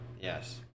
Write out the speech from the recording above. Yes